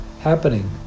happening